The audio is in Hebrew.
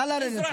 נא לרדת, בבקשה.